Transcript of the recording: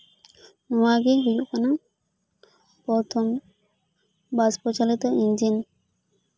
ᱱᱚᱶᱟ ᱜᱮ ᱦᱩᱭᱩᱜ ᱠᱟᱱᱟ ᱯᱨᱚᱛᱷᱚᱢ ᱵᱟᱥᱯᱚ ᱪᱟᱞᱤᱛ ᱤᱧᱡᱤᱱ